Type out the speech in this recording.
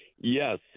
Yes